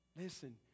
Listen